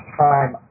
time